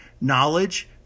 knowledge